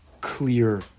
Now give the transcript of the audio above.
clear